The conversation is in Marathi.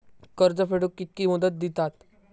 कर्ज फेडूक कित्की मुदत दितात?